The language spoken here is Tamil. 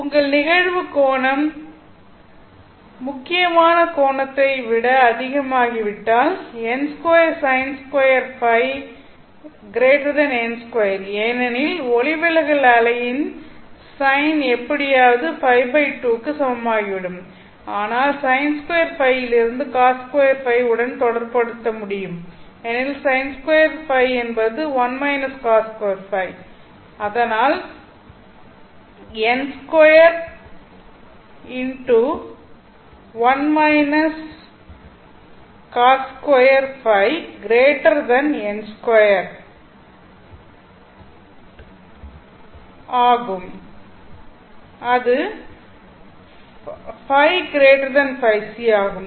உங்கள் நிகழ்வு கோணம் முக்கியமான கோணத்தை விட அதிகமாகிவிட்டால் n2sin2 Ø n2 ஏனெனில் ஒளிவிலகல் அலையின் சைன் எப்படியாவது Π2 க்கு சமமாகிவிடும் ஆனால் Sin2 Ø விலிருந்து Cos2 Ø உடன் தொடர்புபடுத்த முடியும் ஏனெனில் Sin2 Ø என்பது 1 Cos2 Ø so n2 1 Cos2 Ø n2 for ØØ ஆகும்